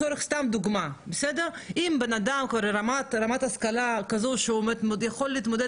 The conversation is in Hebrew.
אם בן אדם כבר ברמת השכלה שהוא יכול להתמודד